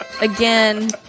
again